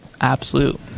absolute